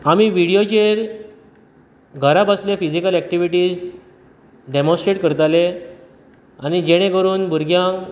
आमी विडियोचेर घरा बसले फिजिकल एकटिविटीज डॅमोस्ट्रेट करताले आनी जेणे करून भुरग्यांक